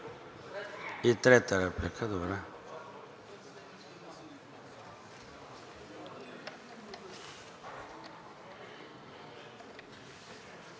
И трета реплика,